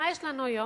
מה יש לנו היום?